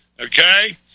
okay